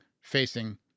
facing